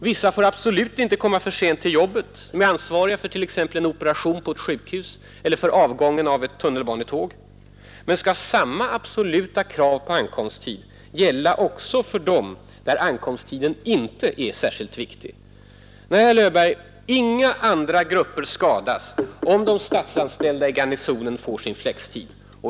Vissa får absolut inte komma för sent till jobbet, t.ex. de som är ansvariga för en operation på ett sjukhus eller för avgången av ett tunnelbanetåg — men skall samma absoluta krav på rätt ankomsttid gälla också där ankomsttiden inte är särskilt viktig? Nej, herr Löfberg, inga andra grupper skadas, om de statsanställda i Garnisonen får sin flextid.